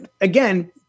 Again